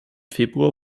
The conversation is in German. februar